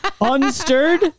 unstirred